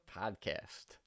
podcast